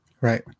Right